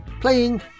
playing